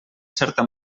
certa